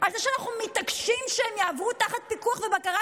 על זה שאנחנו מתעקשים שהם יעבדו תחת פיקוח ובקרה,